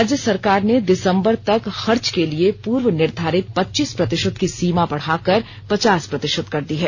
राज्य सरकार ने दिसंबर तक खर्च के लिए पूर्व निर्धारित पच्चीस प्रतिशत की सीमा बढ़ा कर पचास प्रतिशत कर दी है